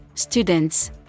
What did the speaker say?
students